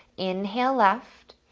inhale left,